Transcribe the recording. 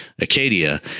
Acadia